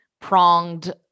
pronged